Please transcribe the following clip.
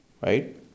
right